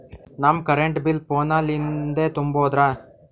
ನಮ್ current bill ಫೋನ ಲಿಂದೇ ತುಂಬೌದ್ರಾ?